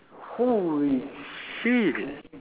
holy shit